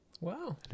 wow